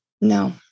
No